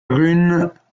runes